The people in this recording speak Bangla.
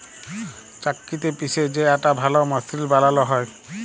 চাক্কিতে পিসে যে আটা ভাল মসৃল বালাল হ্যয়